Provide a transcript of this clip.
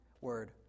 word